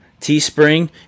Teespring